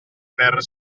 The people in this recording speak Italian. per